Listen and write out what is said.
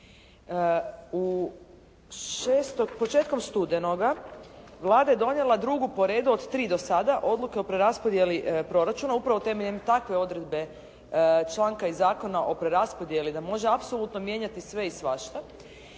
Početkom studenoga Vlada je donijela drugu po redu od tri do sada, odluke o preraspodjeli proračuna upravo temeljem takve odredbe članka i zakona o preraspodjeli da može apsolutno mijenjati sve i svašta.